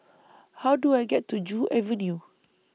How Do I get to Joo Avenue